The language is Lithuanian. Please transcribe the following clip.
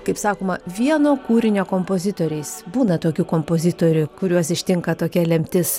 kaip sakoma vieno kūrinio kompozitoriais būna tokių kompozitorių kuriuos ištinka tokia lemtis